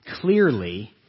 clearly